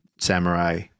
Samurai